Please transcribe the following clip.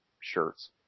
shirts